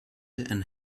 and